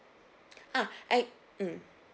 ah I mm